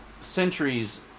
centuries